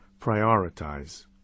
Prioritize